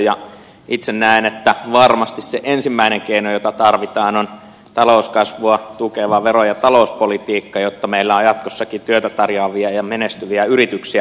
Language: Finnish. itse näen että varmasti se ensimmäinen keino jota tarvitaan on talouskasvua tukeva vero ja talouspolitiikka jotta meillä on jatkossakin työtä tarjoavia ja menestyviä yrityksiä